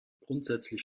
grundsätzlich